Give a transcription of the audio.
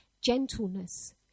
gentleness